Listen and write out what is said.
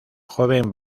joven